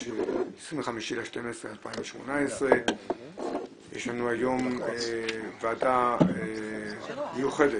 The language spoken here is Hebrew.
25.12.2018. יש לנו היום ועדה מיוחדת,